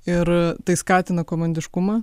ir tai skatina komandiškumą